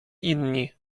inni